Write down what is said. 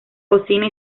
cocina